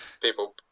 people